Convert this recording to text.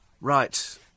Right